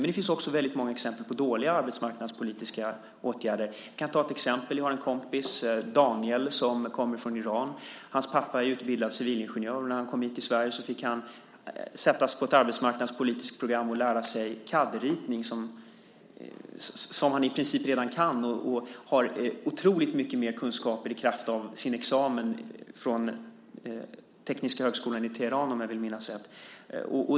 Men det finns också många exempel på dåliga arbetsmarknadspolitiska åtgärder. Jag kan ge ett exempel. Jag har en kompis, Daniel, från Iran. Hans pappa är utbildad civilingenjör. När han kom hit till Sverige fick han delta i ett arbetsmarknadspolitiskt program och lära sig CAD-ritning, som han i princip redan kan och har otroligt mycket mer kunskaper om i kraft av sin examen från den tekniska högskolan i Teheran.